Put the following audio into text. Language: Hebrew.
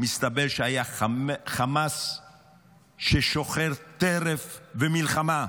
מסתבר, היה חמאס ששוחר טרף ומלחמה,